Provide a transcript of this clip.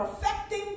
perfecting